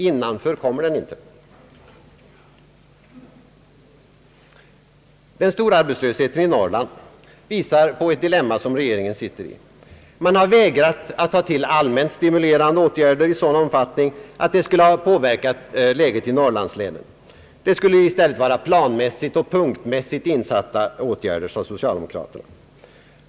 Innanför kommer den inte. Den stora arbetslösheten i Norrland visar på ett dilemma som regeringen befinner sig i. Man har vägrat att ta till allmänt stimulerande åtgärder i sådan omfattning att de skulle ha påverkat norrlandslänen. Det skall i stället vara planmässigt och punktvis insatta åtgärder, säger socialdemokraterna.